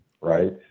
right